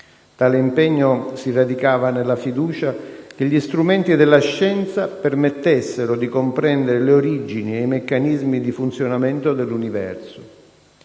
Tale impegno si radicava nella fiducia che gli strumenti della scienza permettessero di comprendere le origini e i meccanismi di funzionamento dell'universo.